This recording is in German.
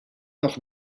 doch